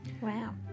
Wow